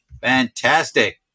Fantastic